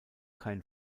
kein